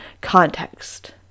context